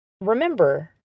remember